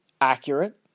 accurate